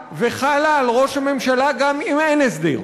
וחלה על ראש הממשלה גם אם אין הסדר.